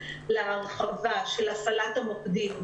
כי ההיקפים שאת מדברת עליהם לא כל-כך